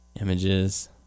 Images